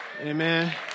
Amen